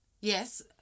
Yes